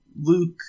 Luke